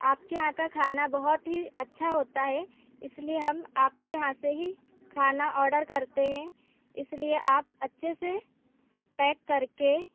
आपके यहाँ का खाना बहुत ही अच्छा होता है इसलिए हम आपके यहाँ से ही खाना ऑडर करते हैं इसलिए आप अच्छे से पैक करके